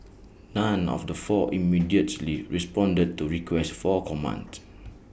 none of the four immediately responded to requests for comment